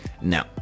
No